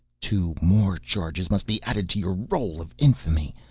two more charges must be added to your role of infamy.